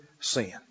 sin